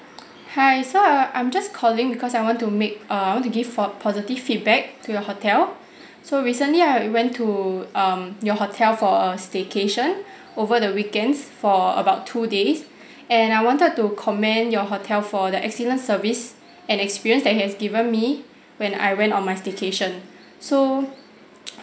hi so uh I'm just calling because I want to make err I want to give for positive feedback to your hotel so recently I went to um your hotel for a staycation over the weekends for about two days and I wanted to commend your hotel for the excellent service and experience that has given me when I went on my staycation so